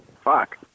Fuck